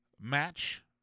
match